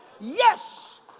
Yes